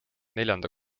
neljanda